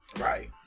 Right